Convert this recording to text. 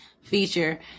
feature